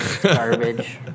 Garbage